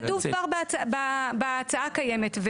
זה כתוב כבר בהצעה הקיימת.